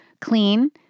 clean